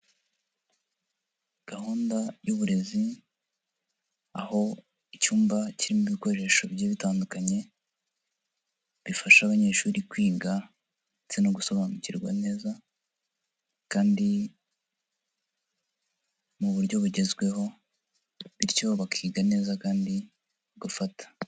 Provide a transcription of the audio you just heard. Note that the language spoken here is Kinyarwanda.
Gahunda y'uburezi, aho icyumba kirimo ibikoresho bigiye bitandukanye, bifasha abanyeshuri kwiga ndetse no gusobanukirwa neza kandi mu buryo bugezweho bityo bakiga neza kandi bagafata.